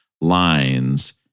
lines